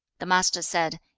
the master said,